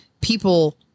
people